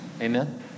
Amen